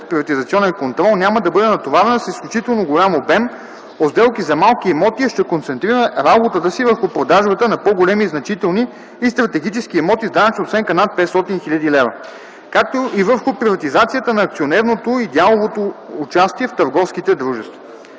следприватизационен контрол няма да бъде натоварвана с изключително голям обем от сделки за малки имоти и ще концентрира работата си върху продажбата на по-големи, значителни и стратегически имоти с данъчна оценка над 500 000 лв., както и върху приватизацията на акционерното и дяловото участие в търговските дружества.